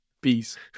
Peace